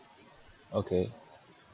okay